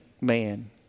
man